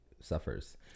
suffers